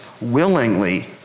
willingly